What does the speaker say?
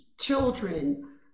children